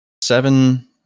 seven